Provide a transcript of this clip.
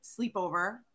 sleepover